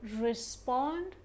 respond